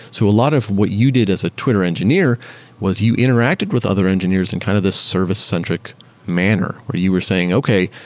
so a lot of what you did as a twitter engineer was you interacted with other engineers in kind of this service-centric manner, where you were saying okay,